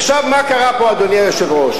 עכשיו, מה קרה פה, אדוני היושב-ראש?